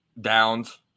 Downs